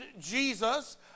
Jesus